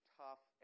tough